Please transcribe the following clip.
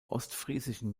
ostfriesischen